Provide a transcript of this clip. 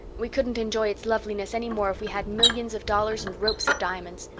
we couldn't enjoy its loveliness any more if we had millions of dollars and ropes of diamonds.